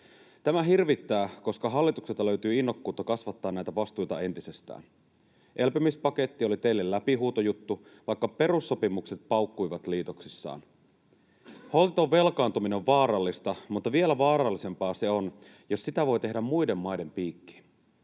Tämä hirvittää, koska hallitukselta löytyy innokkuutta kasvattaa näitä vastuita entisestään. Elpymispaketti oli teille läpihuutojuttu, vaikka perussopimukset paukkuivat liitoksissaan. Holtiton velkaantuminen on vaarallista, mutta vielä vaarallisempaa se on, jos sitä voi tehdä muiden maiden piikkiin.